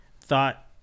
thought